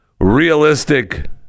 Realistic